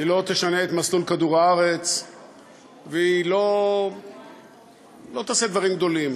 היא לא תשנה את מסלול כדור-הארץ והיא לא תעשה דברים גדולים,